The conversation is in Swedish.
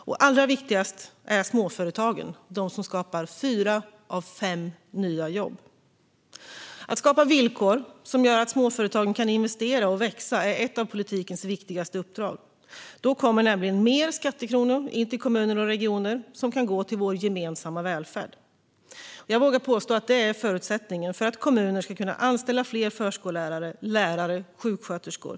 Det allra viktigaste är småföretagen, de som skapar fyra av fem nya jobb. Att skapa villkor som gör att småföretagen kan investera och växa är ett av politikens viktigaste uppdrag. Då kommer nämligen mer skattekronor in till kommuner och regioner som kan gå till vår gemensamma välfärd. Jag vågar påstå att det är förutsättningen för att kommuner ska kunna anställa fler förskollärare, lärare och sjuksköterskor.